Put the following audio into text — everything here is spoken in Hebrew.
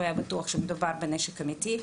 הוא היה בטוח שמדובר בנשק אמיתי.